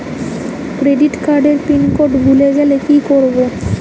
Credit কার্ডের pin code ভুলে গেলে কি করব?